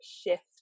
shift